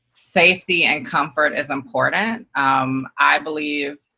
safety and comfort is important. um i believe,